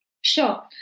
Sure